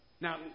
Now